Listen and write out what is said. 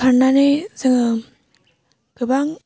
खारनानै जोङो गोबां